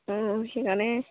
অঁ সেইকাৰণে